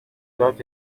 dört